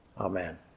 Amen